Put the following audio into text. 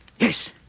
Yes